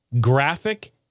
Graphic